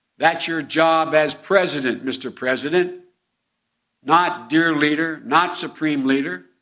that's your job as president, mr. president not dear leader, not supreme leader.